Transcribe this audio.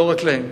לא רק להם.